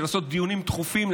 לעשות דיונים דחופים,